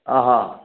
ಆಂ ಹಾಂ